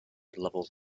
level